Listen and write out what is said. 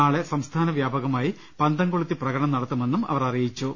നാളെ സംസ്ഥാന വ്യാപക മായി പന്തംകൊളുത്തി പ്രകടനം നടത്തുമെന്നും അവർ അറിയിച്ചു